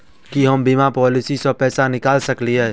की हम बीमा पॉलिसी सऽ पैसा निकाल सकलिये?